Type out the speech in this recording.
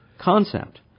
concept